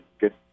good